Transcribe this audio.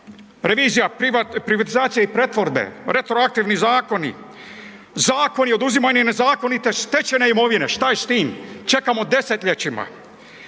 revizija privatizacije i pretvorbe, retroaktivni zakoni. Zakon oduzimanje nezakonite stečene imovine, šta je s tim? Čekamo desetljećima.